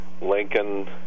Lincoln